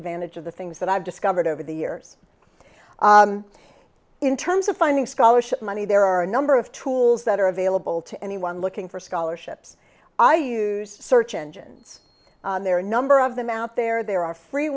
advantage of the things that i've discovered over the years in terms of finding scholarship money there are a number of tools that are available to anyone looking for scholarships i use search engines there are a number of them out there there are free